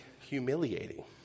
humiliating